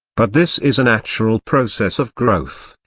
but this is a natural process of growth,